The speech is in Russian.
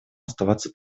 оставаться